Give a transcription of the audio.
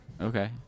Okay